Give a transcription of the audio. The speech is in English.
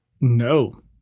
No